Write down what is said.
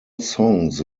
songs